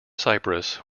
cyprus